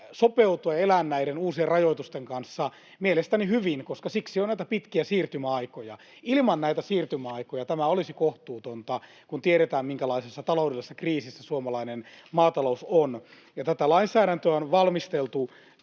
sopeutua ja elää näiden uusien rajoitusten kanssa. Mielestäni hyvin, koska siksi on näitä pitkiä siirtymäaikoja. Ilman näitä siirtymäaikoja tämä olisi kohtuutonta, kun tiedetään, minkälaisessa taloudellisessa kriisissä suomalainen maatalous on. Tätä lainsäädäntöä on valmisteltu